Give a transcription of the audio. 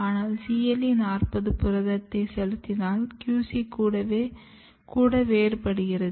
ஆனால் CLE 40 புரதத்தை செலுத்தினால் QC கூட வேறுபடுகிறது